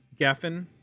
Gaffin